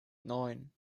neun